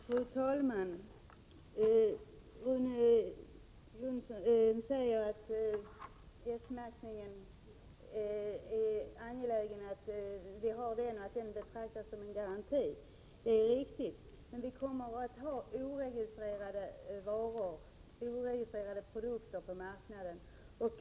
Fru talman! Rune Jonsson säger att det är angeläget att vi har en S-märkning och att den betraktas som en garanti. Det är riktigt. Men som läget är nu kommer det att finnas icke-registrerade varor på marknaden.